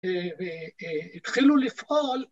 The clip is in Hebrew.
התחילו לפעול